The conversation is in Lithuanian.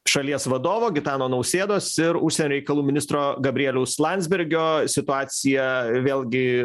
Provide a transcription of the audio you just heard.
šalies vadovo gitano nausėdos ir užsienio reikalų ministro gabrieliaus landsbergio situacija vėlgi